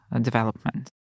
development